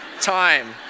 time